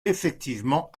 effectivement